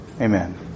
amen